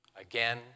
again